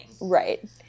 Right